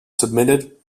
submitted